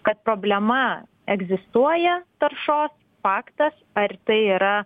kad problema egzistuoja taršos faktas ar tai yra